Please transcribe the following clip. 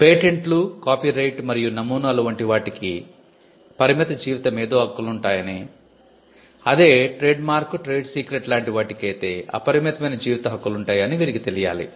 పేటెంట్లు కాపీరైట్ మరియు నమూనాలు వంటి వాటికి పరిమిత జీవిత మేధో హక్కులుంటాయని అదే ట్రేడ్మార్క్ ట్రేడ్ సీక్రెట్లు లాంటి వాటికైతే అపరిమితమైన జీవిత హక్కులుంటాయని వీరికి తెలియాలి